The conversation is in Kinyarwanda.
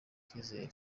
icyizere